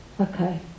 Okay